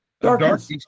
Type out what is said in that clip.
darkness